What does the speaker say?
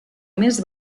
més